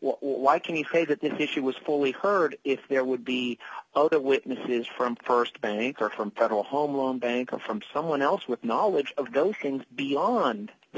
why can you say that this issue was fully heard if there would be a lot of witnesses from st bank or from federal home loan bank or from someone else with knowledge of those things beyond the